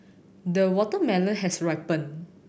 the watermelon has ripened